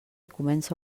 comença